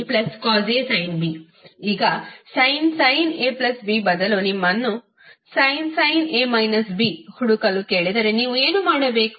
ಈಗ sin ABಬದಲು ನಿಮ್ಮನ್ನು sin ಹುಡುಕಲು ಕೇಳಿದರೆ ನೀವು ಏನು ಮಾಡಬೇಕು